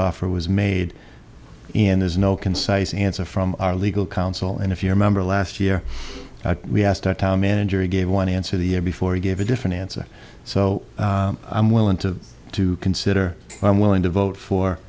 offer was made in there's no concise answer from our legal counsel and if you remember last year we asked our town manager he gave one answer the year before he gave a different answer so i'm willing to consider i'm willing to vote for